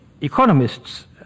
economists